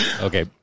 Okay